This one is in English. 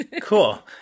Cool